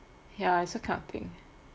ya I also cannot think